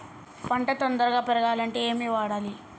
పంట తొందరగా పెరగాలంటే ఏమి వాడాలి?